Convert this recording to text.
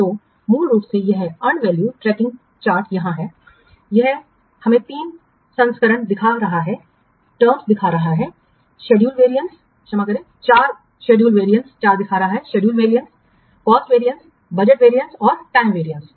तो मूल रूप से यह अर्नड वैल्यू ट्रैकिंग चार्ट यहाँ है यह हमें तीन संस्करण दिखा रहा है शेड्यूल वेरियंस क्षमा करें चार schedule variance cost variance budget variance और टाइम वेरियंस